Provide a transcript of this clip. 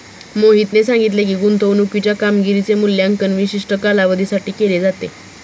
मोहितने सांगितले की, गुंतवणूकीच्या कामगिरीचे मूल्यांकन विशिष्ट कालावधीसाठी केले जाते